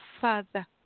Father